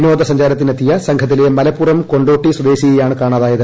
വിനോദ സഞ്ചാരത്തിനെത്തിയ സംഘത്തിലെ മലപ്പുറം കൊണ്ടോട്ടി സ്വദേശിയെയാണ് കാണാതായത്